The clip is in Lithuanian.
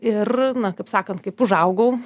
ir na kaip sakant kaip užaugau